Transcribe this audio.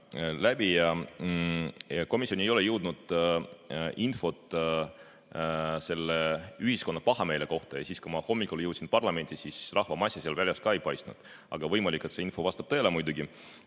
ja komisjoni ei ole jõudnud infot ühiskonna pahameele kohta. Kui ma hommikul jõudsin parlamenti, siis rahvamassi seal väljas ka ei paistnud. Aga võimalik, et see info vastab tõele.